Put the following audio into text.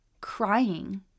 crying